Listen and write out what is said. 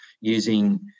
using